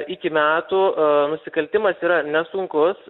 iki metų nusikaltimas yra nesunkus